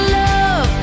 love